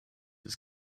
his